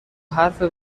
حرف